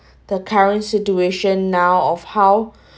the current situation now of how